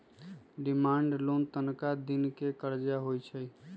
demand loan तनका दिन के करजा होइ छइ